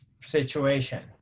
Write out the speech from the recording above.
situation